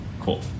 Cool